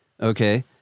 Okay